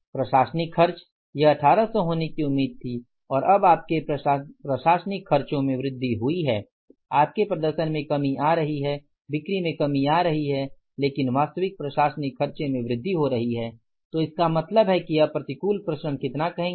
प्रशासनिक खर्च यह 1800 होने की उम्मीद थी और अब आपके प्रशासनिक खर्चों में वृद्धि हुई है आपके प्रदर्शन में कमी आ रही है बिक्री में कमी आ रही है लेकिन वास्तविक प्रशासनिक खर्च में वृद्धि हो रही है तो इसका मतलब है कि अब प्रतिकूल प्रसरण कितना कहेंगे